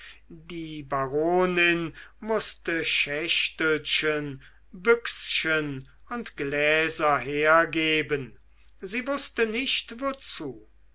die baronin mußte schächtelchen büchschen und gläser hergeben sie wußte nicht wozu